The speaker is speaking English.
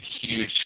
huge